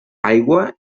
aigua